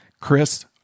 Chris